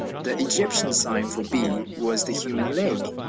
the egyptian sign for b was the human leg.